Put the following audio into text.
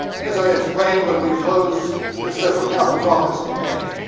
as i explained when we closed the special counsel's office in may